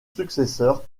successeur